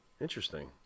interesting